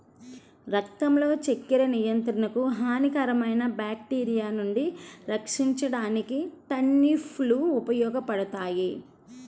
రక్తంలో చక్కెర నియంత్రణకు, హానికరమైన బ్యాక్టీరియా నుండి రక్షించడానికి టర్నిప్ లు ఉపయోగపడతాయి